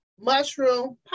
mushroom